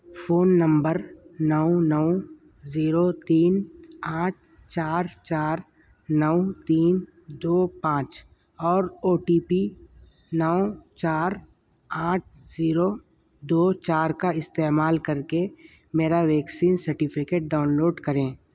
phone number نو نو zero تین آٹھ چار چار نو تین دو پانچ اور او ٹی پی نو چار آٹھ زیرو دو چار کا استعمال کر کے میرا ویکسین سرٹیفکیٹ ڈاؤن لوڈ کریں